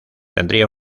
tendría